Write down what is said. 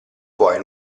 poi